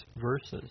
verses